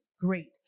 great